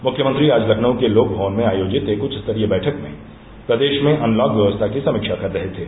मुख्यमंत्री आज लखनऊ के लोकभवन में आयोजित एक उच्चस्तरीय बैठक में प्रदेश में अनलॉक व्यवस्था की समीक्षा कर रहे थे